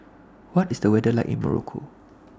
What IS The weather like in Morocco